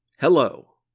Hello